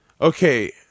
Okay